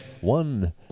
one